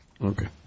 Okay